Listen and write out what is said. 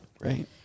Right